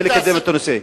כדי לקדם את הנושא.